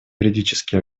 юридически